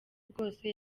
bwose